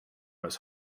was